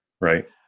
right